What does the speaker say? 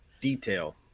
detail